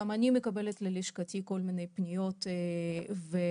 גם אני מקבלת ללשכתי כל מיני פניות ולחלק